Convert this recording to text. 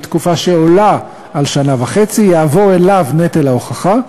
תקופה העולה על שנה וחצי יעבור אליו נטל ההוכחה,